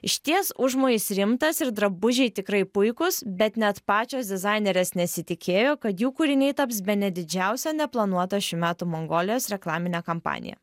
išties užmojis rimtas ir drabužiai tikrai puikūs bet net pačios dizainerės nesitikėjo kad jų kūriniai taps bene didžiausia neplanuota šių metų mongolijos reklamine kampanija